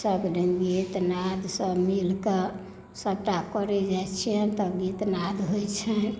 सभ गोटे गीत नाद सभ मीलिक सभटा करै जाय छियन तऽ गीत नाद होइ छनि